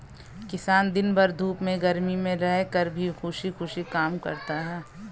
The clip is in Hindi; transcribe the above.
किसान दिन भर धूप में गर्मी में रहकर भी खुशी खुशी काम करता है